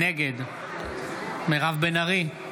נגד מירב בן ארי,